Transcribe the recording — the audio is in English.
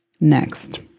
Next